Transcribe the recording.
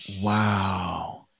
Wow